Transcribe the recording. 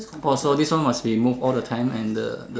possible this one must be move all the time and the